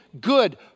good